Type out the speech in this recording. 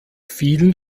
vielen